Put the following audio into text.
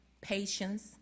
patience